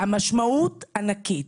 המשמעות ענקית.